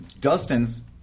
Dustin's